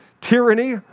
Tyranny